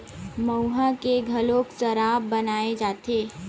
मउहा के घलोक सराब बनाए जाथे